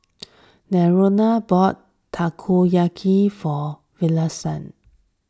Lenora bought Takoyaki for Iverson